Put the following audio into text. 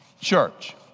church